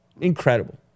Incredible